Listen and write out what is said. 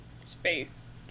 space